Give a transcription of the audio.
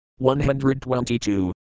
122